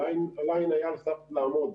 הליין היה על סף לעמוד,